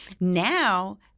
Now